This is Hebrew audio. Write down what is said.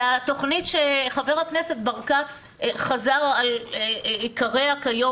התכנית שחבר הכנסת ברקת חזר על עיקריה היום